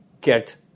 get